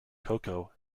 coco